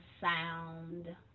sound